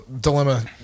dilemma